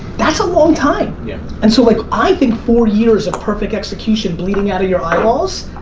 that's a long time. yeah and so like, i think four years of perfect execution, bleeding out of your eyeballs,